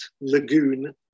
lagoon